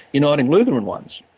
uniting, lutheran ones.